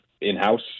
in-house